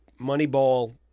Moneyball